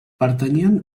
pertanyien